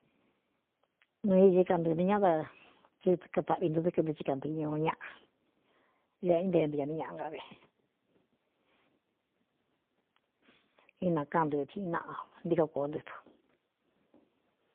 Nuu ici kantɨɨ̄nɨ ñá da ɨ kataꞌvi ntɨ dɨ́ kɨntɨ hɨ kantɨ̄ɨ ñuu ñaꞌa a inte nti a ní ñaꞌa ngá ve inākáan ntɨɨ tiꞌi naꞌa ntíko kōó ntɨ tu.